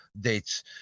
dates